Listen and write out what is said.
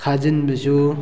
ꯈꯥꯖꯤꯟꯕꯁꯨ